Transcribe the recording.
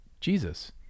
Jesus